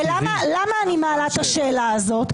למה אני מעלה את השאלה הזאת?